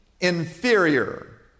inferior